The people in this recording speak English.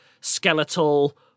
skeletal